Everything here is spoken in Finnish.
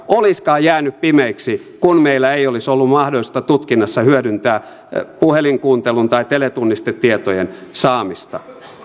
olisikaan jäänyt pimeiksi kun meillä ei olisi ollut mahdollisuutta tutkinnassa hyödyntää puhelinkuuntelun tai teletunnistetietojen saamista